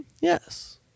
yes